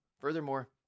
Furthermore